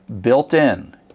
built-in